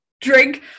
drink